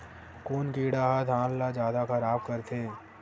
कोन कीड़ा ह धान ल जादा खराब करथे?